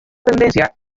tendencia